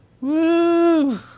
Woo